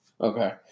okay